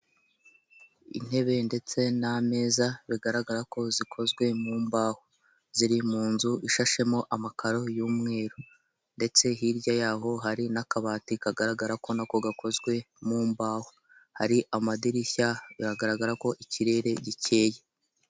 Intebe ndetse n'ameza bigaragara ko zikozwe mu mbaho, ziri mu nzu ishashemo amakaro y'umweru, ndetse hirya yaho hari n'akabati kagaragara ko nako gakozwe mu mbaho, hari amadirishya biragaragara ko ikirere gikeye.